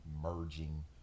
merging